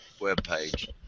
webpage